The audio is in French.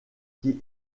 qui